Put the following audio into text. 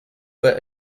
but